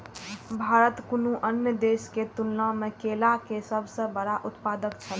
भारत कुनू अन्य देश के तुलना में केला के सब सॉ बड़ा उत्पादक छला